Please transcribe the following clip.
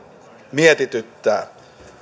mietityttää